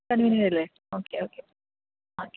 convenient ആല്ലെ okay okay okay